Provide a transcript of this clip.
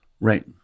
Right